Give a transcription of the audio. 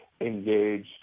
engaged